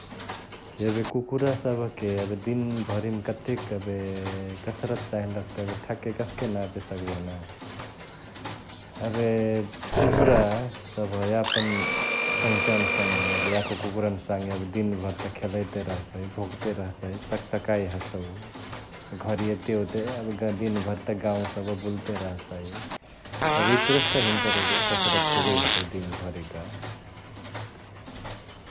एबे कुकुरसभके एबे दिनभरिमा कतेक एबे कसरत चाही लगतई एबे ठ्याकै कस्के नापे सकबहु ना । एबे कुकुरासभ यापन सङ्हातीयावनी सङे एबे याको कुकुरनी सङे एबे दिनभरी एबे खेलाईते रहसई, भोकते रहसई, चकचकाई हसउ, घरी एतेओते एबे ए दिनभरी त गाउ सभ त बुलते रहसई । एबे एतुरे त हिनकर एबे कसरत पुगै हतै दिनभरी क।